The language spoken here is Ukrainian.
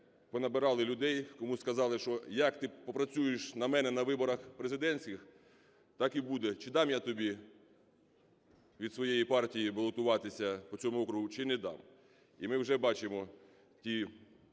вже понабирали людей, комусь сказали, що "як ти попрацюєш на мене на виборах президентських, так і буде: чи дам я тобі від своєї партії балотуватися по цьому округу, чи не дам". І ми вже бачимо ті